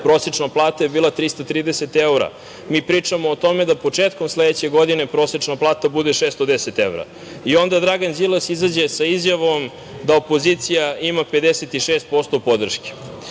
prosečna plata je bila 330 evra. Mi pričamo o tome da početkom sledeće godine prosečna bude 610 evra i onda Dragan Đilas izađe sa izjavom da opozicija ima 56% podrške. Vidite,